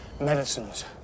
medicines